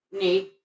need